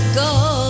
go